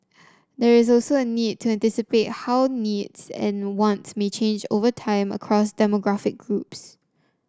there is also a need to anticipate how needs and wants may change over time and across demographic groups